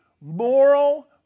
moral